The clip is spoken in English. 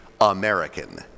American